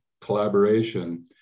collaboration